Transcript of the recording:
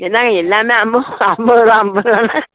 என்னங்க எல்லாம் ஐம்பது ஐம்பது ரூபா ஐம்பது ரூபான்னா